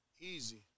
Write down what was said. Easy